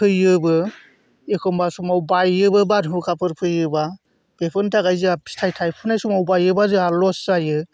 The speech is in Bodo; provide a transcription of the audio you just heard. थैयोबो एखमब्ला समाव बायोबो बारहुंखाफोर फैयोब्ला बेफोरनि थाखाय जोंहा फिथाय थायफुनाय समाव बायोब्ला जोहा लस जायो